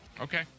Okay